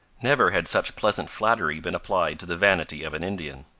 never had such pleasant flattery been applied to the vanity of an indian.